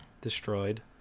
destroyed